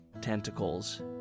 tentacles